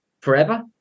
forever